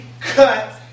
cut